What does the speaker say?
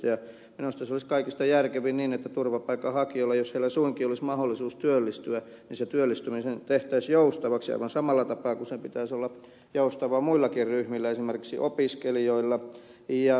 minusta se olisi kaikista järkevin niin että turvapaikanhakijoiden työllistyminen jos heillä suinkin olisi mahdollisuus työllistyä tehtäisiin joustavaksi aivan samalla tapaa kuin sen pitäisi olla joustava muillakin ryhmillä esimerkiksi opiskelijoilla ja tietyillä kausityöntekijöillä